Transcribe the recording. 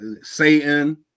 Satan